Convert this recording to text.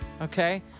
okay